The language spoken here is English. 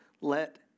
let